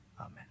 Amen